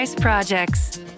projects